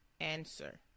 Answer